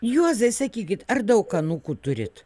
juozai sakykit ar daug anūkų turit